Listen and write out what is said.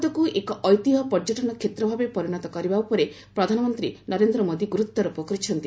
ଭାରତକୁ ଏକ ଐତିହ୍ୟ ପର୍ଯ୍ୟଟନ କ୍ଷେତ୍ର ଭାବେ ପରିଣତ କରିବା ଉପରେ ପ୍ରଧାନମନ୍ତ୍ରୀ ନରେନ୍ଦ୍ର ମୋଦି ଗୁରୁତ୍ୱାରୋପ କରିଛନ୍ତି